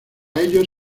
ellos